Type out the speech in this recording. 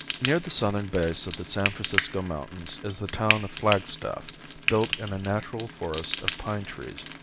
near the southern base of the san francisco mountains is the town of flagstaff built in a natural forest of pine trees.